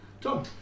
Tom